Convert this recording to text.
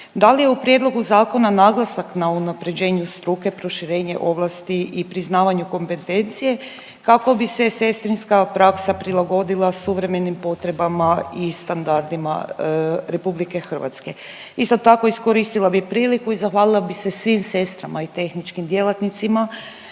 Da li je u prijedlogu zakona naglasak na unapređenju struke, proširenje ovlasti i priznavanju kompetencije kako bi se sestrinska praksa prilagodila suvremenim potrebama i standardima RH? Isto tako iskoristila bi priliku i zahvalila bi se svim sestrama i tehničkim djelatnicima